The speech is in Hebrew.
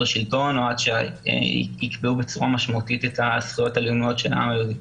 השלטון או עד שיקבעו בצורה חד-משמעית את הזכויות הלאומיות של העם היהודי,